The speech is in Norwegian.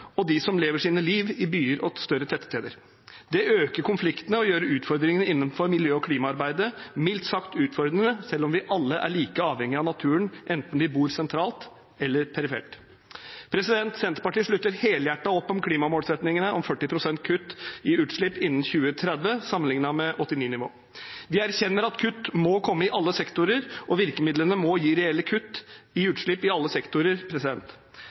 og dem som lever sine liv i byer og større tettsteder. Det øker konfliktene og gjør utfordringene innenfor miljø- og klimaarbeidet mildt sagt utfordrende, selv om vi alle er like avhengig av naturen, enten vi bor sentralt eller perifert. Senterpartiet slutter helhjertet opp om klimamålsettingene om 40 pst. kutt i utslipp innen 2030 sammenlignet med 1989-nivået. Vi erkjenner at kutt må komme i alle sektorer, og virkemidlene må gi reelle kutt i utslipp i alle sektorer.